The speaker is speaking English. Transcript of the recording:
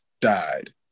died